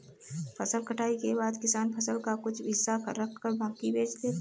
फसल कटाई के बाद किसान फसल का कुछ हिस्सा रखकर बाकी बेच देता है